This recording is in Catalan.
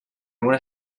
una